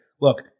look